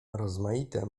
rozmaite